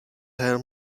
her